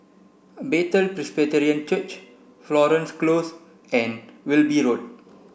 Bethel Presbyterian Church Florence Close and Wilby Road